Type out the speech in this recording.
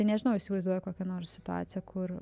nežinau įsivaizduoju kokią nors situaciją kur